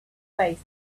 ways